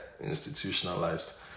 institutionalized